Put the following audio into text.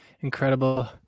Incredible